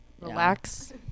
Relax